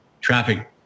traffic